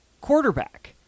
quarterback